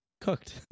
cooked